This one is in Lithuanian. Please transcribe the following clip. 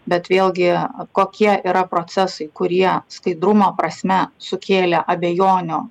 bet vėlgi kokie yra procesai kurie skaidrumo prasme sukėlė abejonių